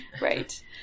Right